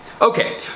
Okay